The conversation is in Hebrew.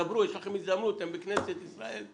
דברו, יש לכם הזדמנות, אתם בכנסת ישראל.